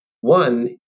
One